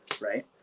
right